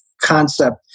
concept